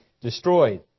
destroyed